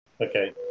Okay